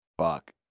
Fuck